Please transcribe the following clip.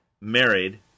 married